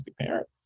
parent